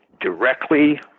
directly